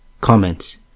Comments